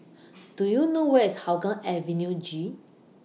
Do YOU know Where IS Hougang Avenue G